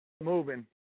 moving